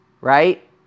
right